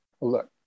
Look